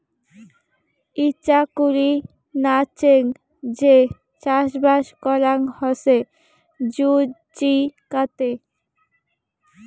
ইচাকুরি নাচেঙ যে চাষবাস করাং হসে জুচিকাতে